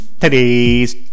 Today's